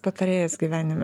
patarėjas gyvenime